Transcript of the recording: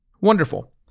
Wonderful